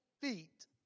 feet